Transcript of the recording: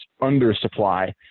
undersupply